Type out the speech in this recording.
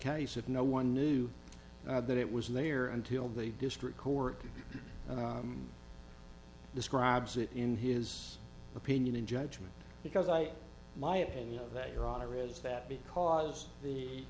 case of no one knew that it was there until the district court describes it in his opinion in judgment because i my opinion of that your honor is that because the